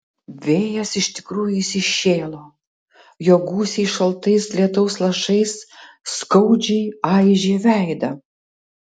vėjas iš tikrųjų įsišėlo jo gūsiai šaltais lietaus lašais skaudžiai aižė veidą